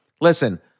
listen